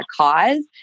cause